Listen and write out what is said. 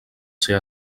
ser